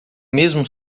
mesmo